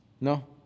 No